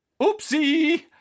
Oopsie